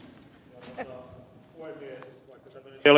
vaikka ei ole ed